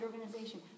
organization